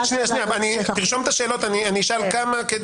תרשום את השאלות, אשאל כמה.